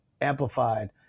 amplified